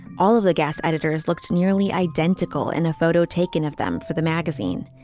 all of the gas editors looked nearly identical in a photo taken of them for the magazine.